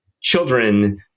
children